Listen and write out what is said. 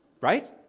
right